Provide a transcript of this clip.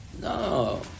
no